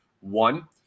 one